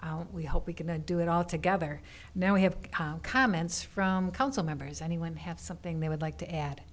we hope we can do it all together now we have comments from council members anyone have something they would like to add